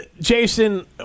Jason